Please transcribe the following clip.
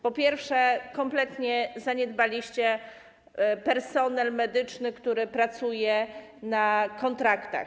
Po pierwsze, kompletnie zaniedbaliście personel medyczny, który pracuje na kontraktach.